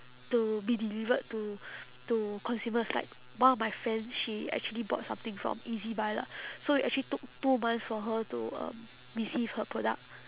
to be delivered to to consumers like one of my friends she actually bought something from ezbuy lah so it actually took two months for her to um receive her product